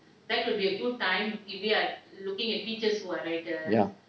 ya